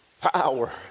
power